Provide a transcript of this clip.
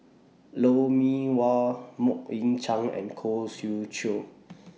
Lou Mee Wah Mok Ying Jang and Khoo Swee Chiow